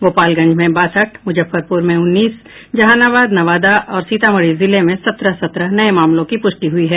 गोपालगंज में बासठ मूजफ्फरपूर में उन्नीस जहानाबाद नवादा और सीतामढ़ी जिले में सत्रह सत्रह नये मामलों की पुष्टि हुई है